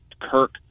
Kirk